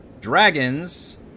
dragons